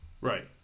right